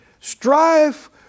strife